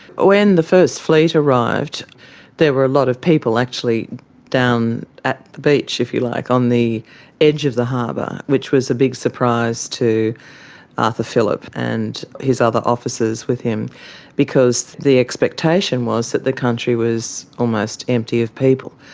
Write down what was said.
when the first fleet arrived there were a lot of people actually down at the beach, if you like, on the edge of the harbour, which was a big surprise to arthur phillip and his other officers with him because the expectation was that the country was almost empty of people,